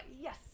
yes